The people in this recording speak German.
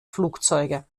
flugzeuge